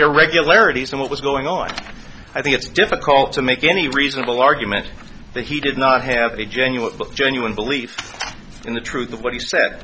irregularities in what was going on i think it's difficult to make any reasonable argument that he did not have a genuine genuine belief in the truth of what he said